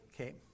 Okay